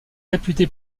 réputé